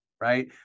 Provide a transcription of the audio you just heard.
Right